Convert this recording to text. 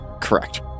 Correct